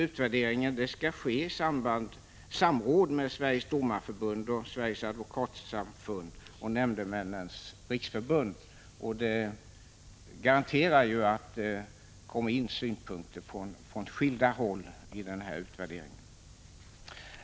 Utvärderingen skall ske i samråd med Sveriges domareförbund, Sveriges advokatsamfund och Nämndemännens riksförbund. Det garanterar att det kommer in synpunkter från skilda håll. Uppdraget skall redovisas till regeringen senast den 1 oktober 1986.